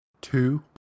two